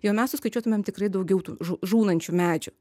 jau mes suskaičiuotumėm tikrai daugiau tų žū žūnančių medžių